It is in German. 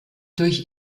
durch